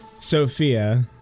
Sophia